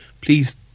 Please